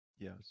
Yes